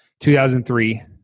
2003